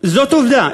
זאת עובדה,